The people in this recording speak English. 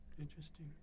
interesting